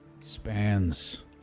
spans